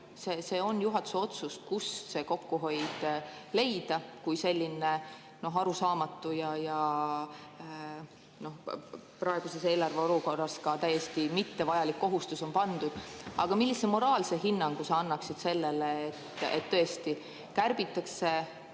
See on juhatuse otsus, kust kokku hoida, kui selline arusaamatu ja praeguses eelarveolukorras ka täiesti mittevajalik kohustus on pandud. Aga millise moraalse hinnangu sa annaksid sellele, et tõesti kärbitakse